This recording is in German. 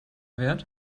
wert